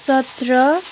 सत्र